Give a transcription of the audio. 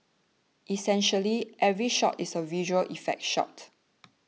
essentially every other shot is a visual effect shot